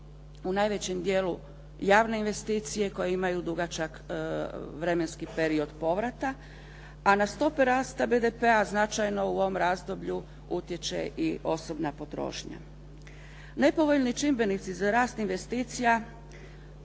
u najvećem dijelu javne investicije koje imaju dugačak vremenski period povrata a na stope rasta BDP-a značajno u ovom razdoblju utječe i osobna potrošnja.